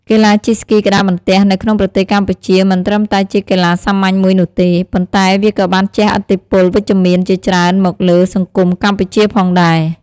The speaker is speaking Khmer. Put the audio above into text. កីឡាជិះស្គីក្ដារបន្ទះនៅក្នុងប្រទេសកម្ពុជាមិនត្រឹមតែជាកីឡាសាមញ្ញមួយនោះទេ ប៉ុន្តែវាក៏បានជះឥទ្ធិពលវិជ្ជមានជាច្រើនមកលើសង្គមកម្ពុជាផងដែរ។